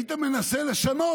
היית מנסה לשנות.